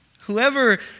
Whoever